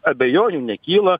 abejonių nekyla